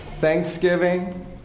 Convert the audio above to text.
Thanksgiving